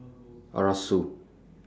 Arasu